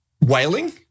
Whaling